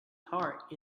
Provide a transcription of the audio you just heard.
heart